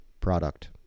Product